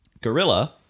Gorilla